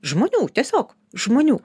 žmonių tiesiog žmonių